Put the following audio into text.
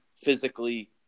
physically